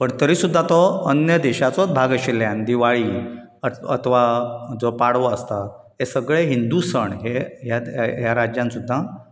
पण तरी सुद्दां तो अन्य देशाचोच भाग आशिल्यान दिवाळी अथ अथवा जो पाडवो आसता हे सगळें हिंदू सण हे ह्या ह्या राज्यान सुद्दां